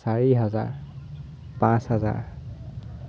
চাৰি হাজাৰ পাঁচ হাজাৰ